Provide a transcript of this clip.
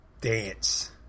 dance